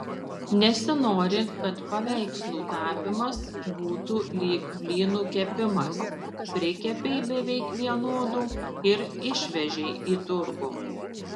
nesinori kad paveikslų tapymas būtų lyg blynų kepimas prikepei beveik vienodų ir išvežei į turgų